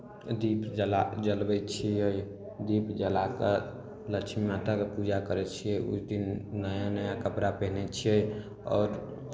दीप जला जलबै छियै दीप जला कऽ लक्ष्मी माताके पूजा करै छियै उस दिन नया नया कपड़ा पहनै छियै आओर